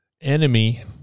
enemy